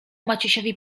maciusiowi